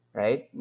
right